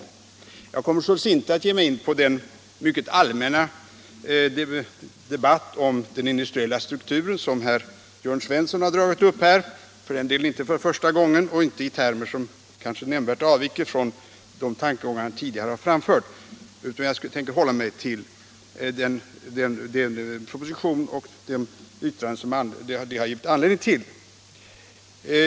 Jag kommer således inte att ge mig in i den mycket allmänna debatt om den industriella strukturen som herr Jörn Svensson dragit upp — f. ö. inte för första gången och kanske inte i termer som nämnvärt avviker från de tankegångar han tidigare framfört — utan tänker hålla mig till propositionen och de yttranden som den gett anledning till.